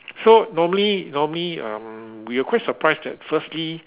so normally normally um we were quite surprised that firstly